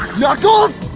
knuckles?